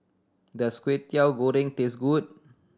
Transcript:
does Kwetiau Goreng taste good